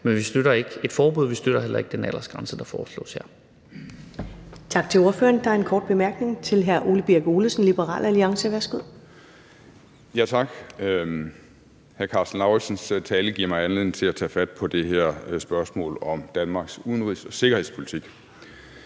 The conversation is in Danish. vi støtter ikke et forbud, vi støtter heller ikke den aldersgrænse, der foreslås her.